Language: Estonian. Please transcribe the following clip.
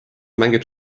mängib